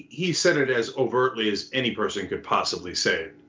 he said it as overtly as any person could possibly say it.